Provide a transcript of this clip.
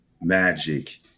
Magic